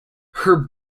her